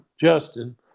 Justin